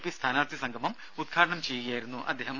P സ്ഥാനാർഥി സംഗമം ഉദ്ഘാടനം ചെയ്യുകയായിരുന്നു അദ്ദേഹം